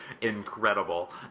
incredible